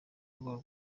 rwabo